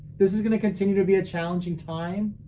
this is going to continue to be a challenging time,